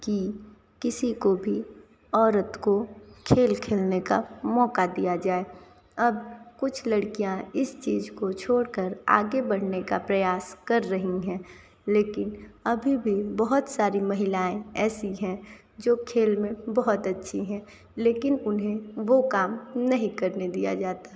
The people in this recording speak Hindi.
कि किसी को भी औरत को खेल खेलने का मौका दिया जाए अब कुछ लड़कियाँ इस चीज़ को छोड़ कर आगे बढ़ने का प्रयास कर रही हैं लेकिन अभी भी बहुत सारी महिलाएँ ऐसी हैं जो खेल में बहुत अच्छी हैं लेकिन उन्हें वो काम नहीं करने दिया जाता है